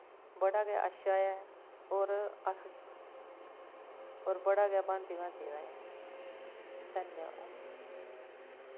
बड़ा गै अच्छा ऐ होर अस होर बड़ा गै भांती भांती दा ऐ धन्याबाद